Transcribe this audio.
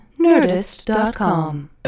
nerdist.com